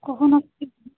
কখনো